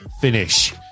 Finish